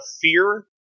fear